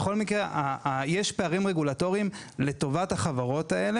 בכל מקרה, יש פערים רגולטורים לטובת החברות האלה.